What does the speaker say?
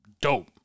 dope